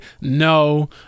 No